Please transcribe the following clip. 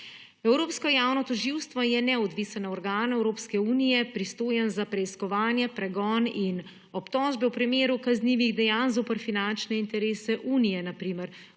Evropsko javno tožilstvo je neodvisen organ Evropske unije, pristojen za preiskovanje, pregon in obtožbe v primeru kaznivih dejanj zoper finančne interese Unije, na primer